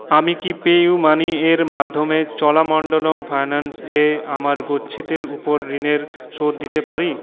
আমি কি পেউইমানি এর চোলা মন্ডলম ফিন্যান্সে আমার গচ্ছিতের ওপর ঋণের শোধ দিতে পারি